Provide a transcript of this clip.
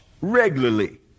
regularly